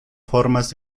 formas